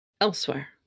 elsewhere